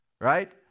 right